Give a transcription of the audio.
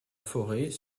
forêt